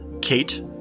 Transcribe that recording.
Kate